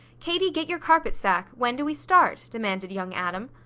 katie, get your carpet-sack! when do we start? demanded young adam.